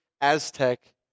Aztec